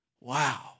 Wow